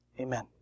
amen